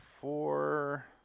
four